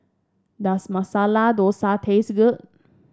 does Masala Dosa taste good